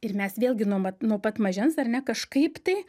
ir mes vėlgi nuo mat nuo pat mažens ar ne kažkaip tai